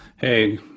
Hey